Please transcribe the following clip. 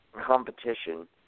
competition